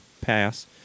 pass